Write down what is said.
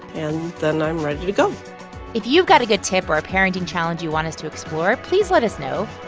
and then i'm ready to go if you've got a good tip or a parenting challenge you want us to explore, please let us know.